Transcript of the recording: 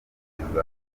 mukecuru